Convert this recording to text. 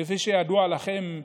כפי שידוע לכם,